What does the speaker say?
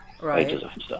Right